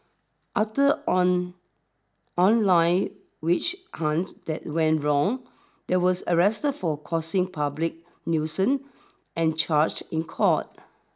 after on online witch hunt that went wrong they was arrested for causing public nuisance and charged in court